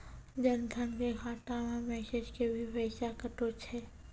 जन धन के खाता मैं मैसेज के भी पैसा कतो छ?